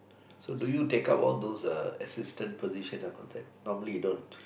so do you take up all those uh assistant position and all that normally you don't